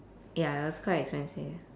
ya it was quite expensive